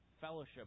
fellowship